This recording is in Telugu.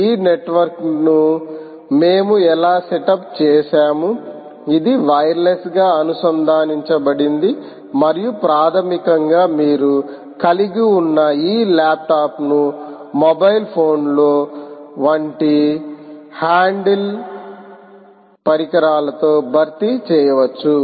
ఈ నెట్వర్క్ను మేము ఎలా సెటప్ చేసాము ఇది వైర్లెస్ గా అనుసంధానించబడింది మరియు ప్రాథమికంగా మీరు కలిగి ఉన్న ఈ ల్యాప్టాప్ను మొబైల్ ఫోన్ల వంటి హ్యాండిల్ పరికరాలతో భర్తీ చేయవచ్చు